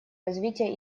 развитие